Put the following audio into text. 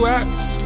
acts